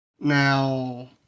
Now